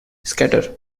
scatter